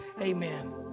amen